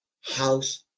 house